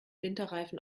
winterreifen